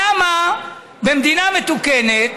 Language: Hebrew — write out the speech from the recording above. למה במדינה מתוקנת